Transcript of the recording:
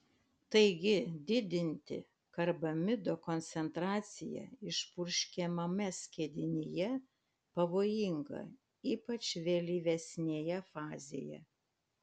taigi didinti karbamido koncentraciją išpurškiamame skiedinyje pavojinga ypač vėlyvesnėje fazėje